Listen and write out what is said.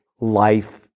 life